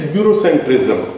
Eurocentrism